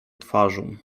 twarzą